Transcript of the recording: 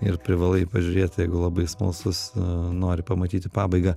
ir privalai pažiūrėti jeigu labai smalsus nori pamatyti pabaigą